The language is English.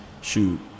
shoot